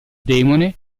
demone